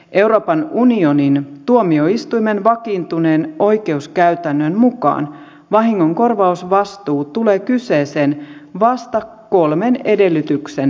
euroopan unionin tuomioistuimen vakiintuneen oikeuskäytännön mukaan vahingonkorvausvastuu tulee kyseeseen vasta kolmen edellytyksen täyttyessä